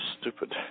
stupid